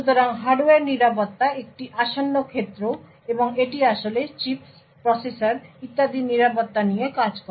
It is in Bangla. সুতরাং হার্ডওয়্যার নিরাপত্তা একটি আসন্ন ক্ষেত্র এবং এটি আসলে চিপস প্রসেসর ইত্যাদির নিরাপত্তা নিয়ে কাজ করে